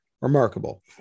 Remarkable